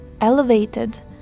elevated